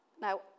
Now